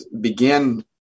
begin